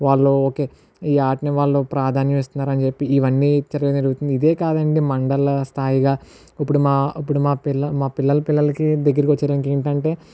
వాళ్ళు ఓకే ఈ ఆటని వాళ్ళు ప్రాధాన్యం ఇస్తున్నారు అని చెప్పి ఇవన్నీ ఇచ్చరుగా జరుగుతుంది ఇదే కాదు అండి మండల స్థాయిగా ఇప్పుడు మా ఇప్పుడు మా పిల్ల ఇప్పుడు మా పిల్లల పిల్లలకి దగ్గరకు వచ్చేడానికి ఏంటి అంటే